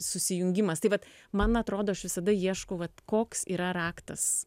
susijungimas tai vat man atrodo aš visada ieškau vat koks yra raktas